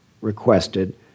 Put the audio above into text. requested